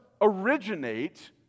originate